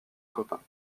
copain